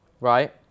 Right